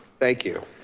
thank you.